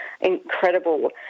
incredible